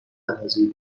اندازه